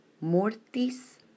mortis